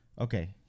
okay